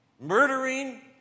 Murdering